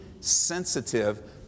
sensitive